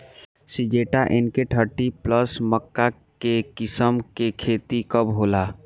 Syngenta NK thirty plus मक्का के किस्म के खेती कब होला?